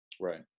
Right